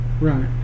Right